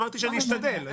אמרתי שאני אשתדל.